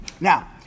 Now